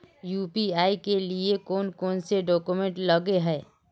UPI के लिए कौन कौन से डॉक्यूमेंट लगे है?